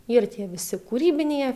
ir tie visi kūrybiniai